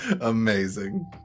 Amazing